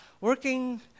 working